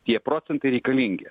tie procentai reikalingi